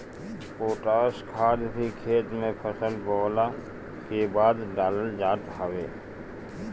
potash खाद भी खेत में फसल बोअला के बाद डालल जात हवे